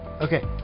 Okay